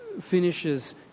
finishes